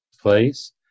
place